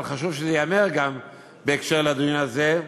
אבל חשוב שזה ייאמר גם בהקשר של הדיון הזה.